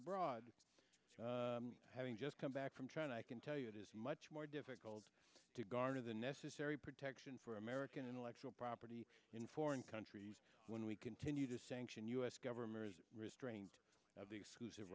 abroad having just come back from trying to i can tell you it is much more difficult to garner the necessary protection for american intellectual property in foreign countries when we continue to sanction u s government restraint of the exclusive